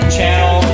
channel